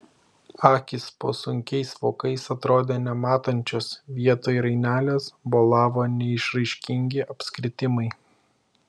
akys po sunkiais vokais atrodė nematančios vietoj rainelės bolavo neišraiškingi apskritimai